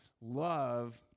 love